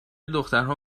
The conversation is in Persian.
دخترها